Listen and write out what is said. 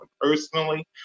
personally